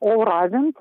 o ravint